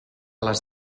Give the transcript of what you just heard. les